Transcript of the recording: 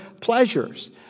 pleasures